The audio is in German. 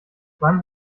wann